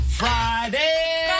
Friday